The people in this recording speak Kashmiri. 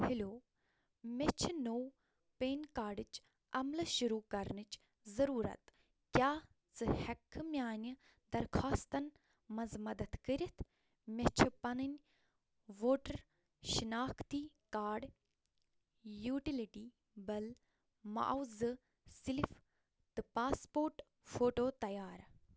ہیلو مےٚ چھِ نوٚو پین کارڈٕچ عملہ شروٗع کرنٕچ ضٔروٗرت کیٛاہ ژٕ ہٮ۪ککھٕ میانہِ درخاستن منٛز مدد کٔرِتھ مےٚ چھِ پنٕنۍ ووٹر شناختی کارڈ یوٗٹِلِٹی بل معاوضہٕ سلف تہٕ پاسپورٹ فوٹو تیار